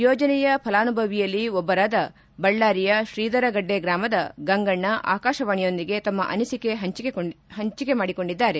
ಯೋಜನೆಯ ಫಲಾನುಭವಿಯಲ್ಲಿ ಒಬ್ಬರಾದ ಬಳ್ಳಾರಿಯ ಶ್ರೀಧರ ಗಡ್ಡೆ ಗ್ರಾಮದ ಗಂಗಣ್ಣ ಆಕಾಶವಾಣಿಯೊಂದಿಗೆ ತಮ್ಮ ಅನಿಸಿಕೆ ಹಂಚಿಕೆ ಕೊಂಡಿದ್ದಾರೆ